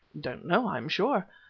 don't know, i am sure.